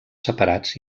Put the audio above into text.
separats